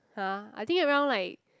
[huh] I think around like